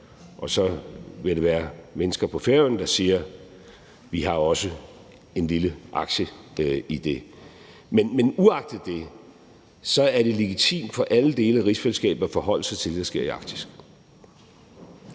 og så vil der være mennesker på Færøerne, der siger: Vi har også en lille aktie i det. Men uagtet det er det legitimt for alle dele af rigsfællesskabet at forholde sig til det, der sker i Arktis,